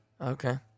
Okay